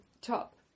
top